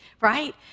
right